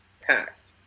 packed